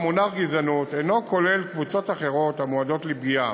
המונח "גזענות" אינו כולל קבוצות אחרות המועדות לפגיעה,